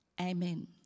Amen